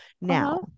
Now